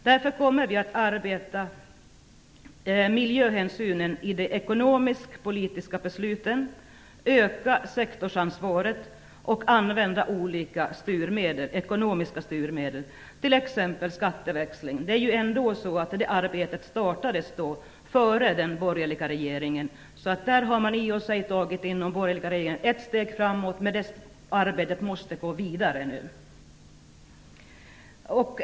Därför kommer vi att arbeta med miljöhänsynen i det ekonomisk-politiska besluten, öka sektorsansvaret och använda olika ekonomiska styrmedel, t.ex. skatteväxling. Det arbetet startades ju före den borgerliga regeringen. Där har i och för sig den borgerliga regeringen tagit ett steg framåt, men det arbetet måste gå vidare nu.